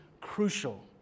crucial